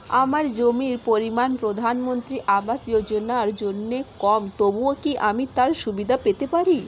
আমার জমির পরিমাণ প্রধানমন্ত্রী আবাস যোজনার জন্য কম তবুও কি আমি তার সুবিধা পেতে পারি?